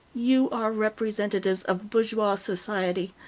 you are representatives of bourgeois society.